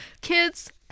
Kids